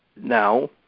now